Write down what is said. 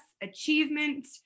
achievement